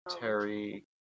Terry